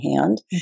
hand